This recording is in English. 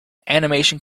animation